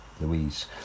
Louise